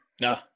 No